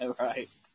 right